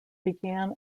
began